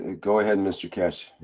go ahead mr keshe.